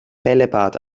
bällebad